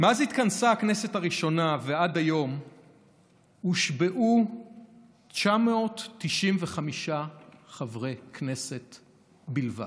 מאז התכנסה הכנסת הראשונה ועד היום הושבעו 995 חברי כנסת בלבד.